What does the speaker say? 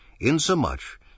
insomuch